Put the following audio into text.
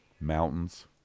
mountains